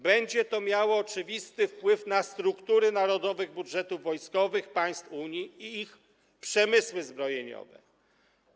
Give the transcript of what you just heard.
Będzie to miało oczywisty wpływ na struktury narodowych budżetów wojskowych państw Unii i ich przemysły zbrojeniowe.